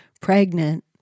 pregnant